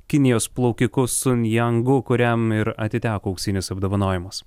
kinijos plaukiku sung jangu kuriam ir atiteko auksinis apdovanojimas